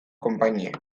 konpainiek